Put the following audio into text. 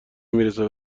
میرسه